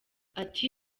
ati